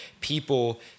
people